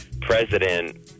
president